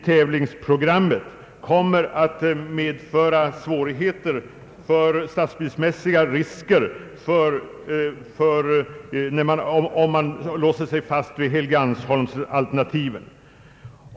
De kan antas öka med ökade lokalbehov och det kan inte uteslutas att en sådan ökning kan komma att krävas redan i tävlingsprogrammet.